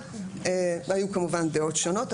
היו כמובן דעות שונות,